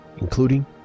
including